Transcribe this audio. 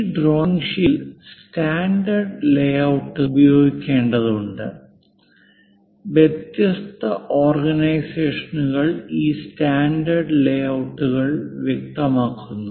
ഈ ഡ്രോയിംഗ് ഷീറ്റിൽ സ്റ്റാൻഡേർഡ് ലേഔട്ട്കൾ ഉപയോഗിക്കേണ്ടതുണ്ട് വ്യത്യസ്ത ഓർഗനൈസേഷനുകൾ ഈ സ്റ്റാൻഡേർഡ് ലേഔട്ട്കൾ വ്യക്തമാക്കുന്നു